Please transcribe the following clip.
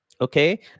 Okay